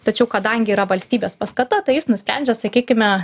tačiau kadangi yra valstybės paskata tai jis nusprendžia sakykime